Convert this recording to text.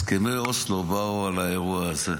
הסכמי אוסלו באו על האירוע הזה.